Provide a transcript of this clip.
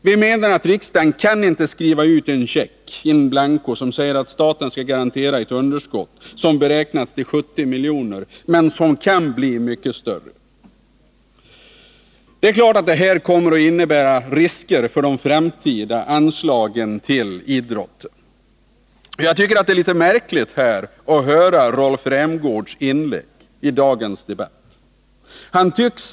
Vi menar att riksdagen inte kan skriva ut en check in blanko, som innebär att staten skall stå som garant för ett underskott som beräknas till 70 milj.kr., men som kan bli mycket större. Det är klart att det här kommer att innebära risker för de framtida anslagen till idrotten. Jag tycker att Rolf Rämgårds inlägg i dagens debatt var en aning märkligt.